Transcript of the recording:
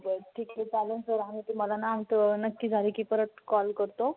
बर ठीक आहे चालेन सर आम्ही तुम्हाला ना आमचं नक्की झालं की परत कॉल करतो